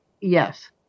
Yes